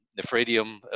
Nephridium